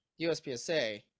USPSA